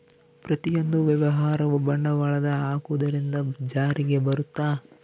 ಪ್ರತಿಯೊಂದು ವ್ಯವಹಾರವು ಬಂಡವಾಳದ ಹಾಕುವುದರಿಂದ ಜಾರಿಗೆ ಬರುತ್ತ